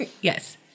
Yes